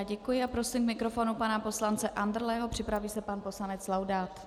Děkuji a prosím k mikrofonu pana poslance Andrleho, připraví se pan poslanec Laudát.